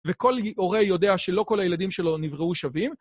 וכל הורה יודע שלא כל הילדים שלו נבראו שווים?